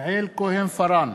יעל כהן-פארן,